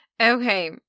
Okay